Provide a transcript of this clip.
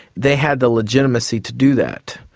they had the legitimacy to do that.